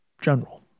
general